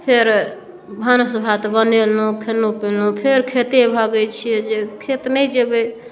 फेर भानस भात बनेलहुँ खेलौं पिलहुँ फेर खेते भागै छियै जे खेत नहि जेबै